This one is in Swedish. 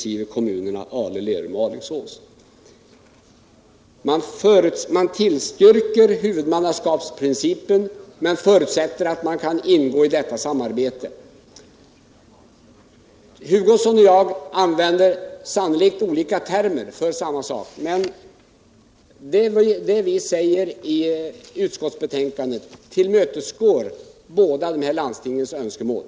bl.a. kommunerna Ale, Lerum och Alingsås.” Man tillstyrker huvudmannaskapsprincipen men förutsätter att man kan ingå i detta samarbete. Kurt Hugosson och jag använder sannolikt olika termer för samma sak. Men vad utskottet framhåller i sitt betänkande tillmötesgår de här båda landstingens önskemål.